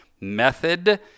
Method